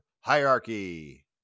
Hierarchy